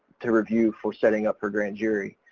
to review for setting up for grand jury.